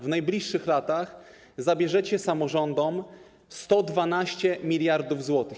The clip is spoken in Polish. W najbliższych latach zabierzecie samorządom 112 mld zł.